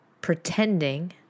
pretending